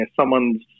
someone's